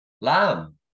Lamb